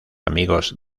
amigos